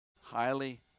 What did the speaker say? Highly